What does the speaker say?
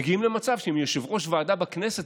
מגיעים למצב שאם יושב-ראש ועדה בכנסת